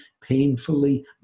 painfully